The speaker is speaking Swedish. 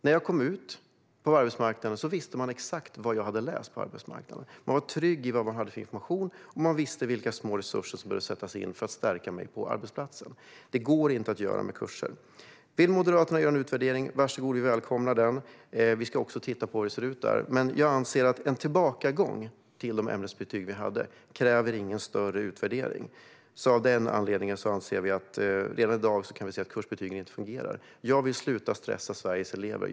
När jag kom ut på arbetsmarknaden visste man exakt vad jag hade läst. Man var trygg med den information man hade och visste vilka små resurser som behövde sättas in för att stärka mig på arbetsplatsen. Detta går inte att göra i systemet med kurser. Vill Moderaterna göra en utvärdering så varsågod - vi välkomnar den. Vi ska också titta på hur det ser ut. Men jag anser att en tillbakagång till de ämnesbetyg vi hade inte kräver någon större utvärdering. Av den anledningen anser vi att vi redan i dag kan säga att kursbetygen inte fungerar. Jag vill sluta stressa Sveriges elever.